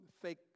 fake